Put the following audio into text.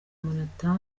manhattan